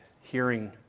hearing